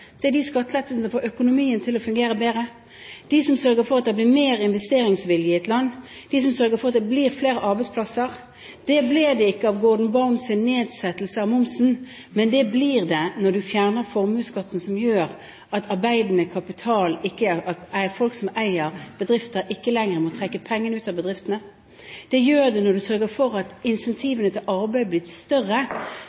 skattelettelser er de skattelettelsene som får økonomien til å fungere bedre – de som sørger for at det blir mer investeringsvilje i et land, de som sørger for at det blir flere arbeidsplasser. Det ble det ikke av Gordon Browns nedsettelse av momsen, men det blir det når du fjerner formuesskatten som gjør at folk som eier bedrifter, ikke lenger må trekke pengene ut av bedriftene. Det gjør du når du sørger for at